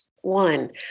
one